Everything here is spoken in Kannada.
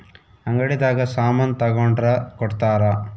ಅಂಗಡಿ ದಾಗ ಸಾಮನ್ ತಗೊಂಡ್ರ ಕೊಡ್ತಾರ